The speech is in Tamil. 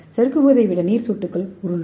சறுக்குவதை விட நீர் சொட்டுகள் உருளும்